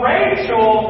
Rachel